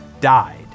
died